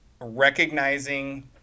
recognizing